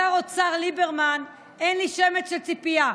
משר האוצר ליברמן אין לי שמץ של ציפייה,